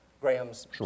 graham's